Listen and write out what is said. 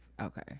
Okay